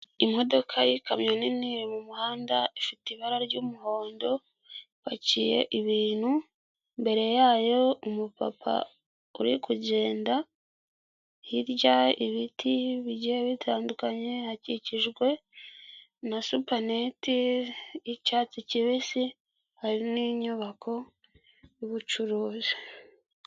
Imodoka y'ikamyo nini iri mu muhanda, ifite ibara ry'umuhondo ipakiye ibintu, imbere yayo umupapa uri kugenda, hirya ibiti bigiye bitandukanye, hakikijwe na supaneti y'icyatsi kibisi, hari n'inyubako y'ubucuruzi.